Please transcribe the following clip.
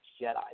Jedi